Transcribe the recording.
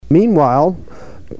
Meanwhile